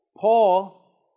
Paul